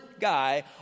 guy